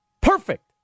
Perfect